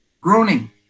groaning